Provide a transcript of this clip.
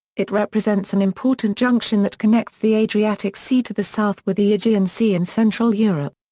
it represents an important junction that connects the adriatic sea to the south with the aegean sea and central europe.